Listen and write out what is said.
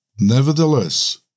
Nevertheless